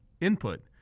input